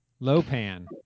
Lopan